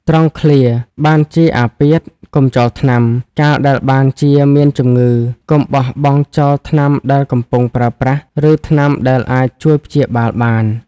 ត្រង់ឃ្លា បានជាអាពាធ កុំចោលថ្នាំ កាលដែលបានជាមានជំងឺ កុំបោះបង់ចោលថ្នាំដែលកំពុងប្រើប្រាស់ ឬថ្នាំដែលអាចជួយព្យាបាលបាន។